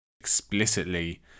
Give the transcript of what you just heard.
explicitly